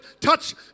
touch